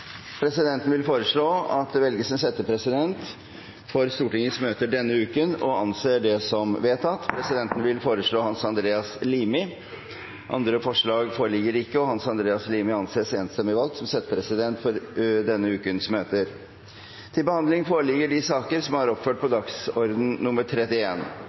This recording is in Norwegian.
Presidenten vil foreslå at det velges en settepresident for Stortingets møter denne uken – og anser det som vedtatt. Presidenten vil foreslå Hans Andreas Limi. – Andre forslag foreligger ikke, og Hans Andreas Limi anses enstemmig valgt som settepresident for denne ukens møter. Før sakene på dagens kart tas opp til behandling,